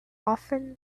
often